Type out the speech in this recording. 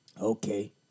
Okay